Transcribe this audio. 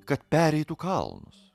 kad pereitų kalnus